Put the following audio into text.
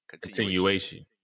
Continuation